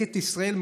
לקט ישראל,